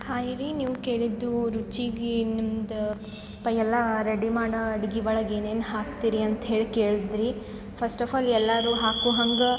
hi ರೀ ನೀವು ಕೇಳಿದ್ದು ರುಚಿಗೆ ನಿಮ್ದು ಪೈ ಎಲ್ಲ ರೆಡಿ ಮಾಡೋ ಅಡಿಗೆ ಒಳಗ್ ಏನೇನು ಹಾಕ್ತೀರಿ ಅಂತ ಹೇಳಿ ಕೇಳಿದ್ರಿ ಫಸ್ಟ್ ಆಫ್ ಆಲ್ ಎಲ್ಲರೂ ಹಾಕೋ ಹಂಗೆ